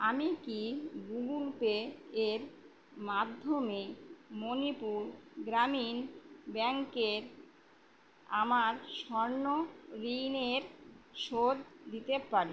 আমি কি Google Pay এর মাধ্যমে মণিপুর গ্রামীণ ব্যাঙ্কে আমার স্বর্ণ ঋণের শোধ দিতে পারি